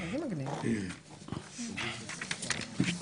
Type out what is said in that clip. בעד, 3 נגד, 7 נמנעים, אין לא אושר.